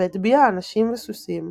והטביע אנשים וסוסים,